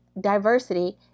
diversity